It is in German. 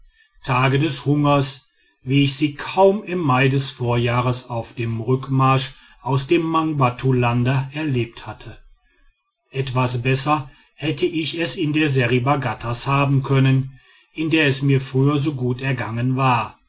tage des hungers wie ich sie kaum im mai des vorjahrs auf dem rückmarsch aus dem mangbattulande erlebt hatte etwas besser hätte ich es in der seriba ghattas haben können in der es mir früher so gut ergangen war